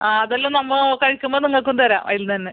ആ അതെല്ലാം നമ്മൾ കഴിക്കുമ്പോൾ നിങ്ങൾക്കും തരാം അതിൽ നിന്നുതന്നെ